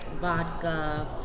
vodka